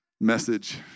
Message